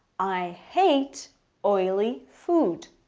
i hate oily food.